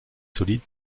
solide